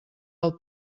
del